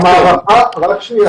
המערכה רק שנייה, רק שנייה.